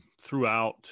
throughout